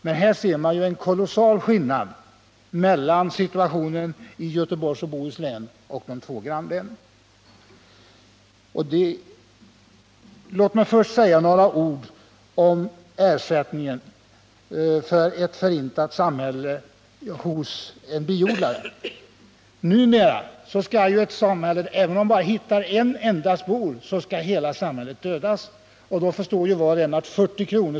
Men här är det en kolossal skillnad mellan situationen i Göteborgs och Bohus län och i de två grannlänen. Sedan några ord om ersättningen för ett förintat samhälle hos biodlare. Numera skall ett bisamhälle — även om man bara hittar en enda spor där — förintas i dess helhet. Och då förstår var och en att 40 kr.